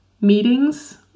meetings